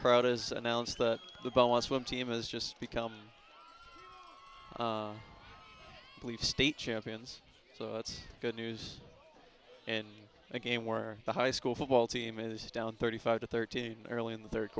crowd as announced that the ball a swim team has just become a police state champions so it's good news in a game where the high school football team is down thirty five to thirteen early in the third